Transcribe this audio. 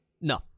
No